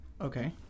Okay